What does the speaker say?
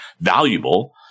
valuable